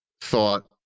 thought